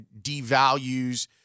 devalues